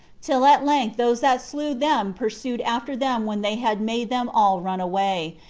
till at length those that slew them pursued after them when they had made them all run away,